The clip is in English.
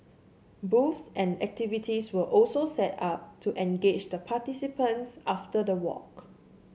booths and activities were also set up to engage the participants after the walk